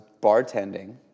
bartending